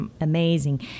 amazing